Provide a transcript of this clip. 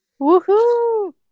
Woohoo